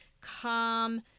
calm